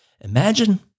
Imagine